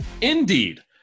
Indeed